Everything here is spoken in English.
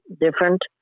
different